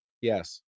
Yes